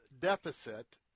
deficit